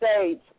states